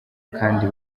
kandi